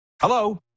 Hello